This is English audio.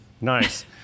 Nice